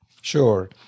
Sure